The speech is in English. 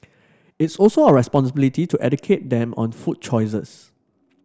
it's also our responsibility to educate them on food choices